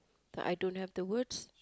but I don't have the words